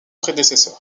prédécesseur